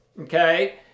okay